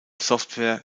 software